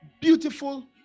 beautiful